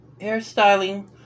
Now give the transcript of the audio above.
hairstyling